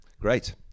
Great